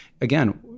again